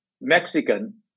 Mexican